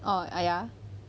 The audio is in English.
oh ya